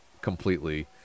completely